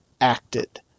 acted